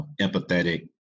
empathetic